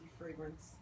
fragrance